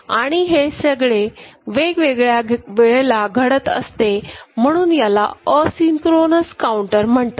आणि हे सगळं वेगवेगळ्या वेळेला घडत असते म्हणून याला असिंक्रोनस काऊंटर म्हणतात